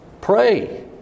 pray